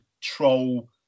troll